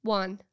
one